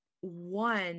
one